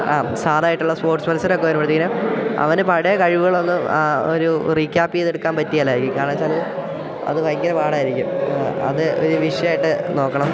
ആ സാധാ ആയിട്ടുള്ള സ്പോർട്സ് മത്സരമൊക്കെ വരുമ്പോഴത്തേനും അവന് പഴയ കഴിവുകളൊന്നും ഒരു റീക്യാപ്പ് ചെയ്തെടുക്കാൻ പറ്റില്ലായിരിക്കും കാരണം എന്നു വെച്ചാൽ അത് ഭയങ്കര പാടായിരിക്കും അത് ഒരു വിഷയമായിട്ട് നോക്കണം